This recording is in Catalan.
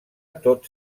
tots